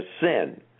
sin